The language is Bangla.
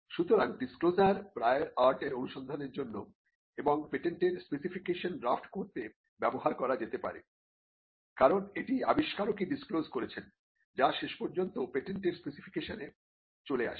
সুতরাং ডিসক্লোজার প্রায়র আর্ট এর অনুসন্ধানের জন্য এবং পেটেন্টের স্পেসিফিকেশন ড্রাফ্ট করতে ব্যবহার করা যেতে পারে কারণ এটি আবিষ্কারকই ডিসক্লোজ করেছেন যা শেষ পর্যন্ত পেটেন্টের স্পেসিফিকেশনে চলে আসে